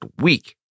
week